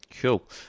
Cool